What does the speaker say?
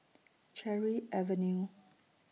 Cherry Avenue